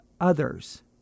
others